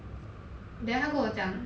then 他跟我讲